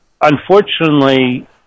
unfortunately